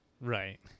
right